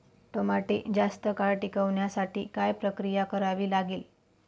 टमाटे जास्त काळ टिकवण्यासाठी काय प्रक्रिया करावी लागेल?